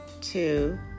two